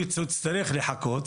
לדוגמה,